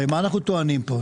הרי מה אנחנו טוענים כאן?